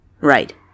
Right